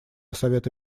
совета